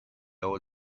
old